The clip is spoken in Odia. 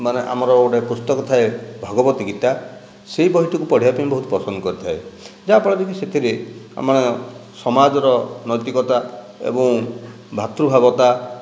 ମାନେ ଆମର ଗୋଟେ ପୁସ୍ତକ ଥାଏ ଭଗବତ ଗୀତା ସେହି ବହିଟିକୁ ପଢ଼ିବା ପାଇଁ ବହୁତ ପସନ୍ଦ କରିଥାଏ ଯାହାଫଳରେ କି ସେଥିରେ ଆମେ ସମାଜର ନୈତିକତା ଏବଂ ଭାତ୍ରୁଭାବତା